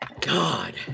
God